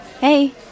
Hey